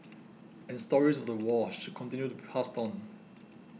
and stories of the war should continue to be passed on